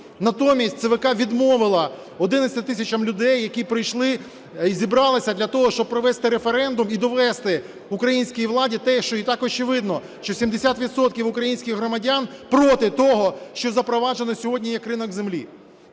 Натомість ЦВК відмовила 11 тисячам людей, які прийшли і зібралися для того, щоб провести референдум і довести українській владі те, що і так очевидно, що 70 відсотків українських громадян проти того, що запроваджено сьогодні як ринок землі.